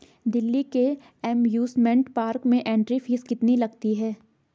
दिल्ली के amusement park में entry fee कितनी लगती है?